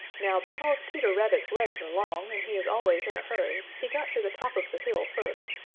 now because peter rabbit's legs are long and he is always in a hurry, he got to the top of the hill first.